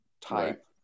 type